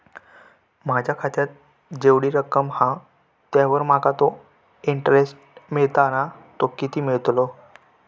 माझ्या खात्यात जेवढी रक्कम हा त्यावर माका तो इंटरेस्ट मिळता ना तो किती मिळतलो?